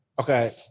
Okay